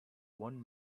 one